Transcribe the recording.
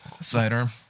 sidearm